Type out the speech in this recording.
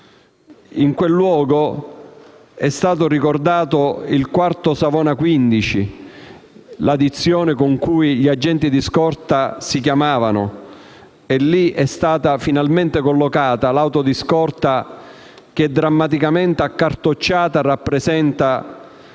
strage - è stata ricordata la Quarto Savona 15, la dizione con cui gli agenti di scorta si chiamavano. In quel luogo è stata finalmente collocata l'auto di scorta che, drammaticamente accartocciata, rappresentò